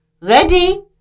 Ready